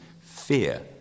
fear